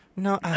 No